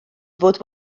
fod